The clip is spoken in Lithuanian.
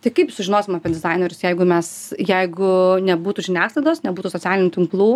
tai kaip sužinosim apie dizainerius jeigu mes jeigu nebūtų žiniasklaidos nebūtų socialinių tinklų